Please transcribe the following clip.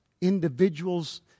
individuals